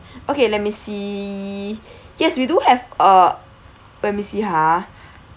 okay let me see yes we do have uh let me see ha